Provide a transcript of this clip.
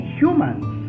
humans